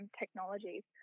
technologies